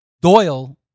Doyle